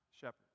shepherd